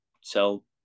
sell